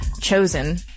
chosen